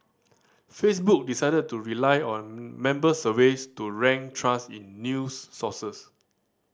Facebook decided to rely on member surveys to rank trust in news sources